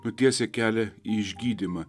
nutiesia kelią į išgydymą